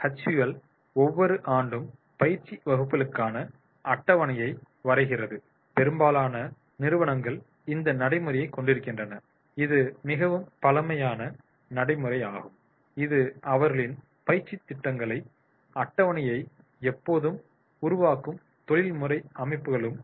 HUL ஒவ்வொரு ஆண்டும் பயிற்சி வகுப்புகளுக்கான அட்டவணையை வரைகிறது பெரும்பாலான நிறுவனங்கள் இந்த நடைமுறையைக் கொண்டிருக்கின்றன இது மிகவும் பழமையான நடைமுறையாகும் இது அவர்களின் பயிற்சித் திட்டங்களுக்கான அட்டவணையை எப்போதும் உருவாக்கும் தொழில்முறை அமைப்புகளாகும்